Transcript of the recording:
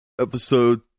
Episode